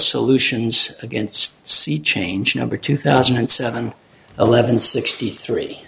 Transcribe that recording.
solutions against sea change number two thousand and seven eleven sixty three